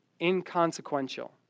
inconsequential